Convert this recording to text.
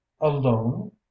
alone